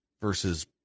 versus